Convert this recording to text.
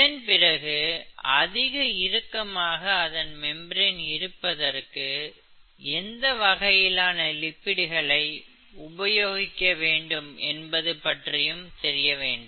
இதன்பிறகு அதிக இறுக்கமாக அதன் மெம்பரேன் இருப்பதற்கு எந்த வகையான லிப்பிடுகளை உபயோகிக்க வேண்டும் என்பது பற்றி தெரிய வேண்டும்